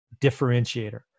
differentiator